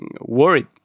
worried